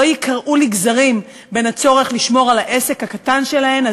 ייקרעו לגזרים בין הצורך לשמור על העסק הקטן שלהן,